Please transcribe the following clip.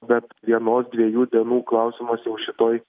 bet vienos dviejų dienų klausimas jau šitoj